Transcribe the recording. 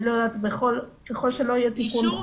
אני לא יודעת ככל שלא יהיה תיקון חוק.